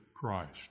Christ